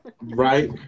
Right